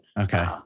okay